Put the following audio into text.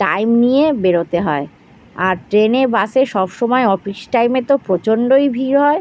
time নিয়ে বেরোতে হয় আর ট্রেনে বাসে সব সময় অফিস টাইমে তো প্রচণ্ডই ভিড় হয়